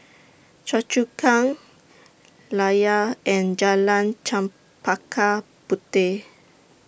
Choa Chu Kang Layar and Jalan Chempaka Puteh